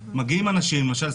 למשל,